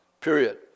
period